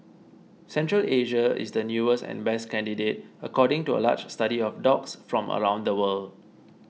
Central Asia is the newest and best candidate according to a large study of dogs from around the world